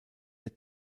der